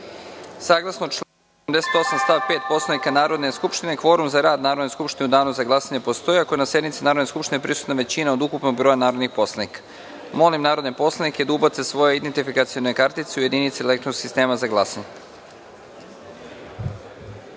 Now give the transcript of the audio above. članu 88. stav 5. Poslovnika Narodne skupštine, kvorum za rad Narodne skupštine u danu za glasanje postoji ako je na sednici Narodne skupštine prisutna većina od ukupnog broja narodnih poslanika. Molim narodne poslanike da ubace svoje identifikacione kartice u jedinice elektronskog sistema za